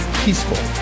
peaceful